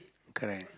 correct